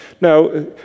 Now